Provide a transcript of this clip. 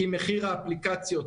כי מחיר האפליקציות,